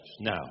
Now